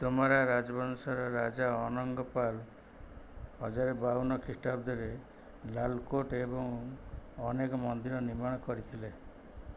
ତୋମାରା ରାଜବଂଶର ରାଜା ଅନଙ୍ଗ ପାଲ ହଜାର ବାଉନ ଖ୍ରୀଷ୍ଟାବ୍ଦରେ ଲାଲକୋଟ ଏବଂ ଅନେକ ମନ୍ଦିର ନିର୍ମାଣ କରିଥିଲେ